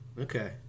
Okay